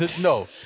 No